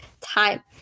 time